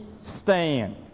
stand